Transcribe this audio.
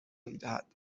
میدهد